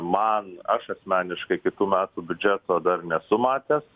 man aš asmeniškai kitų metų biudžeto dar nesu matęs